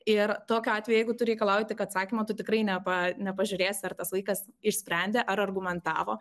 ir tokiu atveju tu reikalauji tik atsakymo tu tikrai nepa nepažiūrės ar tas vaikas išsprendė ar argumentavo